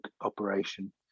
operation